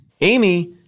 Amy